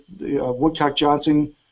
Woodcock-Johnson